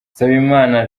nsabimana